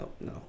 no